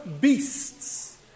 beasts